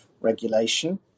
regulation